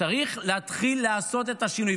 צריך להתחיל לעשות את השינוי.